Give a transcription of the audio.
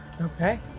Okay